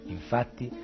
Infatti